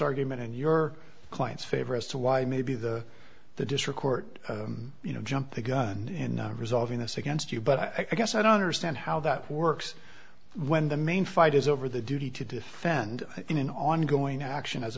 argument in your client's favor as to why maybe the the district court you know jumped the gun in resolving this against you but i guess i don't understand how that works when the main fight is over the duty to defend in an ongoing action as